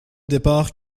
départ